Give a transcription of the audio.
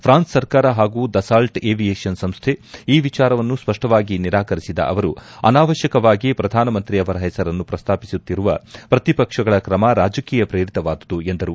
France ಸರ್ಕಾರ ಹಾಗೂ Dassault aviation ಸಂಸ್ಹೆ ಈ ವಿಚಾರವನ್ನು ಸ್ವಪ್ಸವಾಗಿ ನಿರಾಕರಿಸಿದ ಅವರು ಅನಾವಶ್ಯಕವಾಗಿ ಪ್ರಧಾನ ಮಂತ್ರಿ ಅವರ ಹೆಸರನ್ನು ಪ್ರಸ್ತಾಪಿಸುತ್ತಿರುವ ಪ್ರತಿ ಪಕ್ಷಗಳ ಕ್ರಮ ರಾಜಕೀಯ ಪ್ರೇರಿತವಾದುದು ಎಂದರು